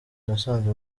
nasanze